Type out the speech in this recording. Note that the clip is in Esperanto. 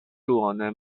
duone